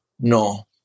no